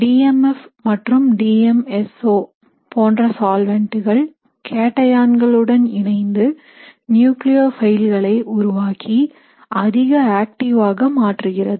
DMF மற்றும் DMSO போன்ற சால்வெண்ட்கள் கேட்டையாண்களுடன் இணைந்து நியூகிளியோபைல்களை உருவாக்கி அதிக ஆக்டிவாக மாற்றுகிறது